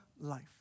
life